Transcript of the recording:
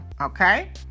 Okay